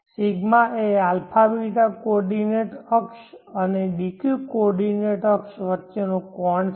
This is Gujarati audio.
ρ એ αβ કોઓર્ડિનેંટ અક્ષ અને dq કો ઓર્ડિનેટ અક્ષ વચ્ચેનો કોણ છે